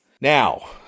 Now